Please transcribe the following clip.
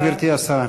גברתי השרה.